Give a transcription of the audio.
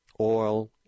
oil